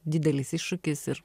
didelis iššūkis ir